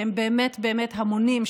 שהם באמת באמת המונים,